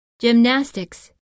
gymnastics